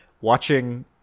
watching